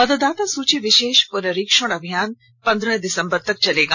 मतदाता सूची विशेष पुनरीक्षण अभियान पंद्रह दिसंबर तक चलेगा